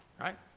right